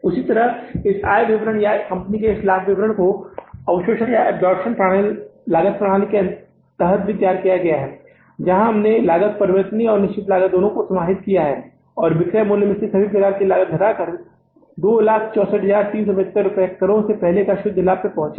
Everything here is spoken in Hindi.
उसी तरह इस आय विवरण या इस कंपनी के लाभ विवरण को अवशोषणअब्जॉर्प्शन लागत प्रणाली के तहत तैयार किया गया है जहां हमने लागत परिवर्तनीय लागत और निश्चित लागत दोनों को समाहित कर लिया है और बिक्री मूल्य से सभी प्रकार की लागत को घटाकर 264375 करों से पहले शुद्ध लाभ पर पहुंचे हैं